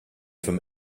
from